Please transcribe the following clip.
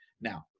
Now